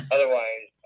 Otherwise